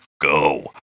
go